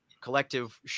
collective